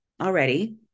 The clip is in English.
already